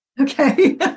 Okay